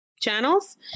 channels